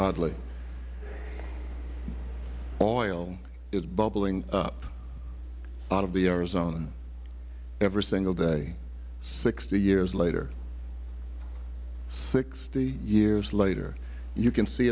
oddly oil is bubbling up out of the arizona every single day sixty years later sixty years later you can see